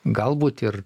galbūt ir